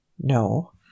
No